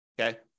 Okay